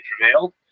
prevailed